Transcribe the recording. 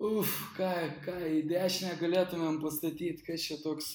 uf ką ką į dešinę galėtumėm pastatyt kas čia toks